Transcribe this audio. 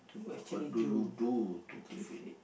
what do you do to keep fit